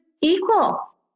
equal